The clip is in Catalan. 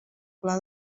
pla